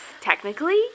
Technically